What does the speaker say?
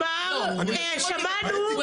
ענבר, נגמר, שמענו.